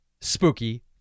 Spooky